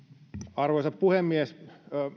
arvoisa puhemies